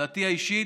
דעתי האישית,